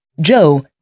Joe